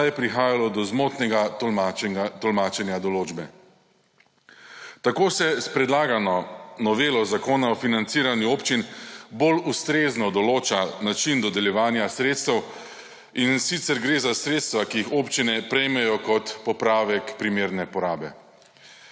saj je prihajalo do zmotnega tolmačenja določbe. Tako se s predlagano novelo zakona o financiranju občin bolj ustrezno določa način dodeljevanja sredstev, in sicer gre za sredstva, ki jih občine prejmejo kot popravek primerne porabe.